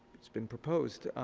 it's been proposed.